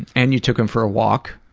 and you took him for a walk.